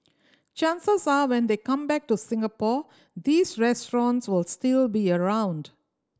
chances are when they come back to Singapore these restaurants will still be around